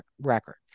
records